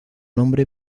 nombre